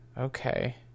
okay